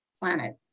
planet